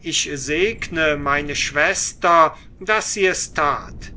ich segne meine schwester daß sie es tat